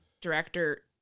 director